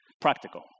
practical